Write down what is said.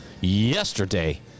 Yesterday